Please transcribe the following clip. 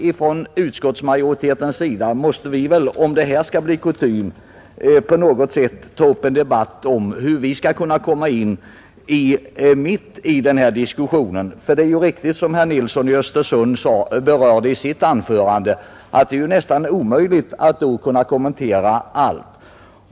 Inom utskottsmajoriteten måste vi väl, om det här skall bli kutym, ta upp ett resonemang om hur vi skall kunna komma in mitt i diskussionen. Det är ju riktigt som herr Nilsson i Östersund sade, att det är nästan omöjligt att under sådana här förhållanden kommentera allt.